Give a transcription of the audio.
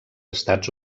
estats